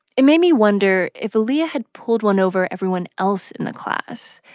it made me wonder if aaliyah had pulled one over everyone else in the class.